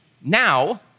Now